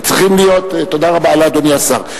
תודה רבה, אדוני השר.